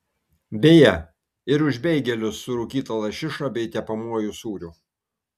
beje ir už beigelius su rūkyta lašiša bei tepamuoju sūriu